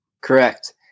Correct